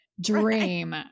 dream